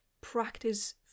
practice